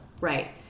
right